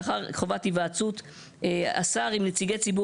לאחר חובת היוועצות השר עם נציגי ציבור